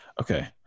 Okay